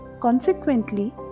Consequently